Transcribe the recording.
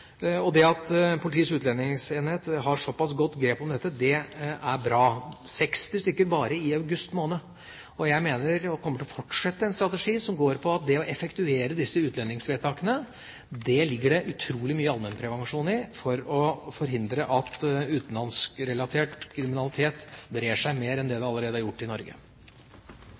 Og det at Politiets utlendingsenhet har såpass godt grep om dette, er bra – 60 stykker bare i august måned. Jeg kommer til å fortsette en strategi som går på å effektuere disse utlendingsvedtakene. I dette ligger det utrolig mye allmennprevensjon for å forhindre at utenlandsrelatert kriminalitet brer seg mer enn det den allerede har gjort i Norge.